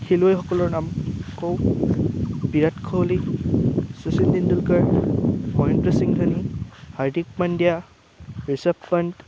খেলুৱৈসকলৰ নাম কওঁ বিৰাট কোহলি শচীন তেণ্ডুলকাৰ মহেন্দ্ৰ চিং ধোনি হাৰ্দিক পাণ্ডিয়া ৰিচভ পণ্ট